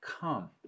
come